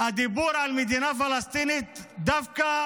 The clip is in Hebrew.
הדיבור על מדינה פלסטינית הוא דווקא